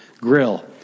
grill